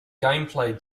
gameplay